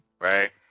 Right